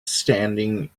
standing